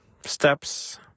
steps